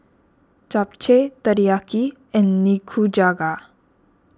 Japchae Teriyaki and Nikujaga